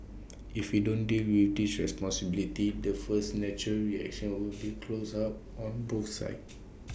if we don't deal with dish responsibly the first natural reaction will be to close up on both sides